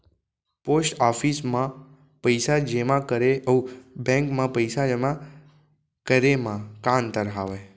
post office मा पइसा जेमा करे अऊ बैंक मा पइसा जेमा करे मा का अंतर हावे